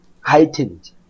heightened